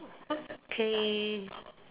okay